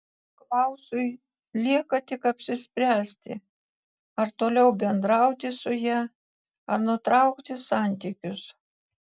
klausui lieka tik apsispręsti ar toliau bendrauti su ja ar nutraukti santykius